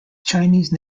chinese